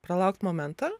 pralaukt momentą